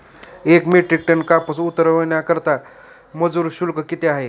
एक metric ton कापूस उतरवण्याकरता मजूर शुल्क किती आहे?